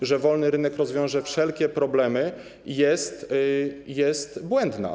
i że wolny rynek rozwiąże wszelkie problemy, jest błędna.